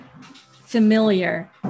familiar